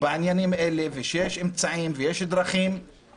בעניינים האלה ושיש אמצעים להתמודדות